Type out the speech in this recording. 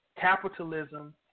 capitalism